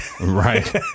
Right